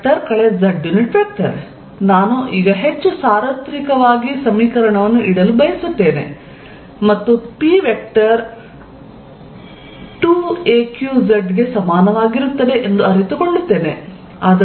Erq4π0r36arcosθ 2az2aq4π03cosθr z ನಾನು ಈಗ ಹೆಚ್ಚು ಸಾವ್ರತ್ರಿಕವಾಗಿ ಇಡಲು ಬಯಸುತ್ತೇನೆ ಮತ್ತು p ವೆಕ್ಟರ್ 2aqz ಗೆ ಸಮಾನವಾಗಿರುತ್ತದೆ ಎಂದು ಅರಿತುಕೊಳ್ಳುತ್ತೇನೆ